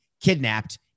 kidnapped